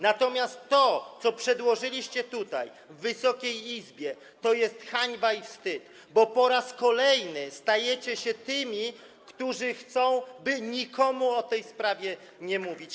Natomiast to, co przedłożyliście tutaj, w Wysokiej Izbie, to jest hańba i wstyd, bo kolejny raz stajecie się tymi, którzy chcą, by nikomu o tej sprawie nie mówić.